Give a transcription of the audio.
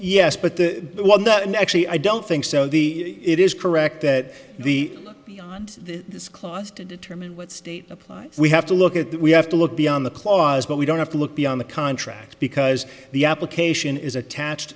yes but the one that actually i don't think so the it is correct that the beyond this clause to determine what state applies we have to look at that we have to look beyond the clause but we don't have to look beyond the contract because the application is attached